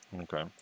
Okay